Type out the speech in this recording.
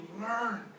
learn